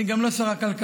אני גם לא שר הכלכלה.